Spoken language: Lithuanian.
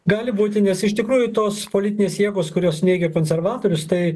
gali būti nes iš tikrųjų tos politinės jėgos kurios neigia konservatorius tai